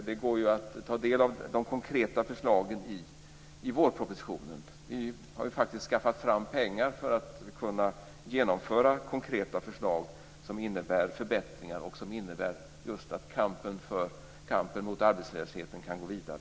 Det går att ta del av de konkreta förslagen i vårpropositionen. Vi har faktiskt skaffat fram pengar för att kunna genomföra konkreta förslag som innebär förbättringar och som innebär att kampen mot arbetslösheten kan gå vidare.